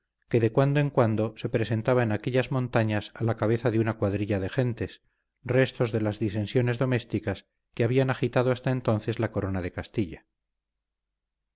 que de cuando en cuando se presentaba en aquellas montañas a la cabeza de una cuadrilla de gentes restos de las disensiones domésticas que habían agitado hasta entonces la corona de castilla